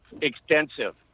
extensive